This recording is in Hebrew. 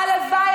הלוואי,